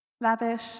Lavish